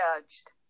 judged